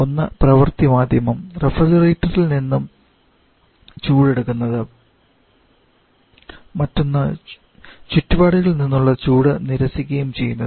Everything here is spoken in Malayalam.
ഒന്ന് പ്രവർത്തി മാധ്യമം റഫ്രിജറേറ്ററിൽ നിന്നും ചൂട് എടുക്കുന്നത് മറ്റൊന്ന് ചുറ്റുപാടുകളിൽ നിന്നുള്ള ചൂട് നിരസിക്കുകയും ചെയ്യുന്നത്